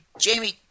Jamie –